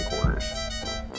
quarters